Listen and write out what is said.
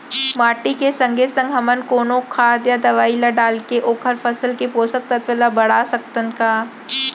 माटी के संगे संग हमन कोनो खाद या दवई ल डालके ओखर फसल के पोषकतत्त्व ल बढ़ा सकथन का?